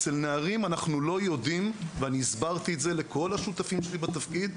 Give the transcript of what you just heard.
אצל נערים אנחנו לא יודעים והסברתי את זה לכל השותפים שלי בתפקיד,